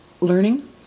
learning